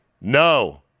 No